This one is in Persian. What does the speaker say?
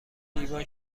لیوان